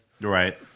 Right